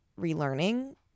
relearning